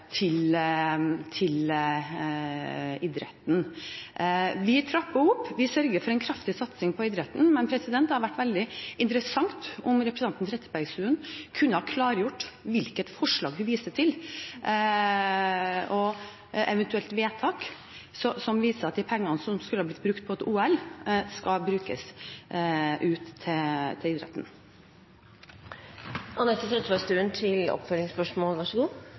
til idretten. Vi trapper opp, vi sørger for en kraftig satsing på idretten, men det hadde vært veldig interessant om representanten Trettebergstuen kunne ha klargjort hvilket forslag hun viser til, og eventuelt vedtak, som viser at de pengene som skulle ha blitt brukt på et OL, skal brukes ut til